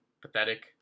pathetic